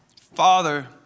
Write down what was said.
Father